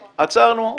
עצרנו,